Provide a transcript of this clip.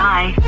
Bye